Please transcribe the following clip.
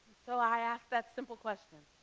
so i ask that simple question,